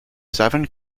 seven